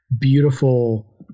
beautiful